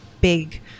big